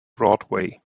broadway